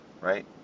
right